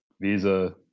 visa